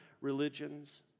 religions